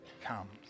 comes